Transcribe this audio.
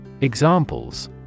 Examples